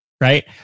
right